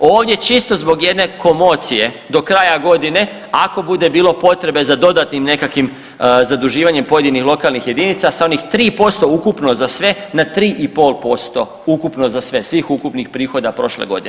Ovdje čisto zbog jedne komocije do kraja godine ako bude bilo potrebe za dodatnim nekakvim zaduživanjem pojedinih lokalnih jedinica sa onih 3% ukupno za sve na 3,5% ukupno za sve svih ukupnih prihoda prošle godine.